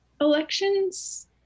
Elections